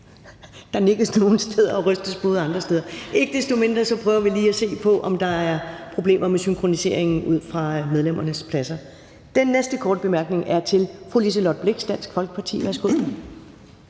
der nikkes nogle steder og rystes på hovedet andre steder. Ikke desto mindre prøver vi lige at se på, om der er problemer med synkroniseringen fra medlemmernes pladser. Den næste korte bemærkning er til fru Liselott Blixt, Dansk Folkeparti. Værsgo.